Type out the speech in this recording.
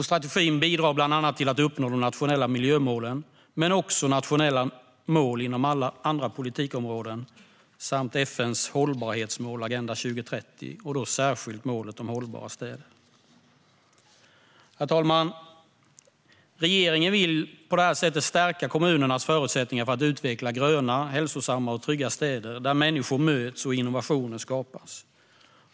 Strategin bidrar bland annat till att uppnå de nationella miljömålen, men också nationella mål inom alla andra politikområden samt FN:s hållbarhetsmål Agenda 2030, och då särskilt målet om hållbara städer. Herr talman! Regeringen vill stärka kommunernas förutsättningar för att utveckla gröna, hälsosamma och trygga städer där människor möts och innovationer skapas.